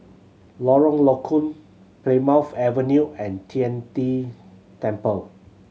Lorong Low Koon Plymouth Avenue and Tian De Temple